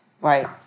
Right